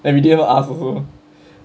and we didn't even ask also